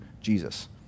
Jesus